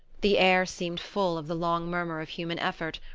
the air seemed full of the long murmur of human effort,